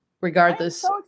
regardless